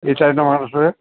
એ ટાઇપના માણસો છે